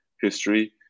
history